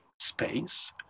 space